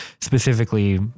specifically